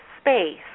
space